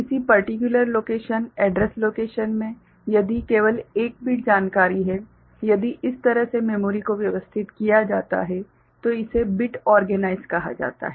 किसी particular location address location मे यदि केवल एक बिट जानकारी है यदि इस तरह से मेमोरी को व्यवस्थित किया जाता है तो इसे बिट ओर्गेनाइस्ड कहा जाता है